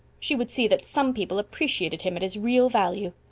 she would see that some people appreciated him at his real value.